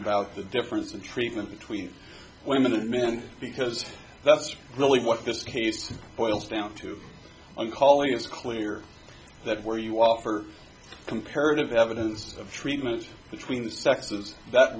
about the difference in treatment between women and men because that's really what this case boils down to i'm calling it's clear that where you offer comparative evidence of treatment between the sexes that